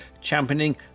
championing